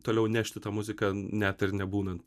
toliau nešti tą muziką net ir nebūnant